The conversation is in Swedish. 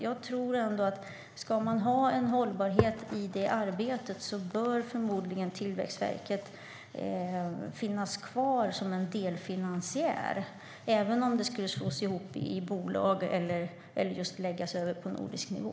Jag tror ändå att om man ska ha en hållbarhet i detta arbete bör Tillväxtverket förmodligen finnas kvar som en delfinansiär, även om detta skulle slås ihop i bolag eller läggas över på nordisk nivå.